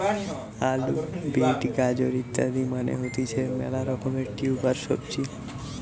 আলু, বিট, গাজর ইত্যাদি মানে হতিছে মেলা রকমের টিউবার সবজি